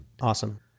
Awesome